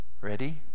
Ready